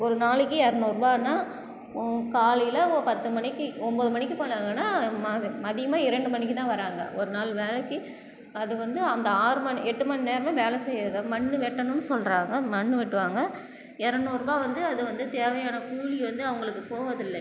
ஒரு நாளைக்கு இரநூறுபான்னா காலையில் ஒரு பத்து மணிக்கு ஒம்பது மணிக்கு போனாங்கன்னால் மதி மதியமா இரண்டு மணிக்கு தான் வராங்க ஒரு நாள் வேலைக்கு அது வந்து அந்த ஆறுமணி எட்டுமணி நேர வேலை செய்யற மண் வெட்டணும்னு சொல்கிறாங்க மண் வெட்டுவாங்க இரநூறுபா வந்து அது வந்து தேவையான கூலி வந்து அவங்களுக்கு போறதில்ல